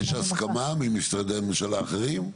יש הסכמה ממשרדי ממשלה אחרים?